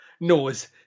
knows